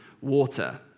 water